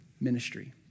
ministry